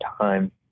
time